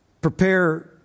prepare